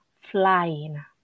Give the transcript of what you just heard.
flying